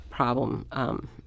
problem